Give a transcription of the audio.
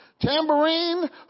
tambourine